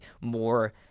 more